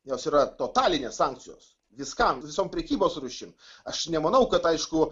jos yra totalinės sankcijos viskam visom prekybos rūšim aš nemanau kad aišku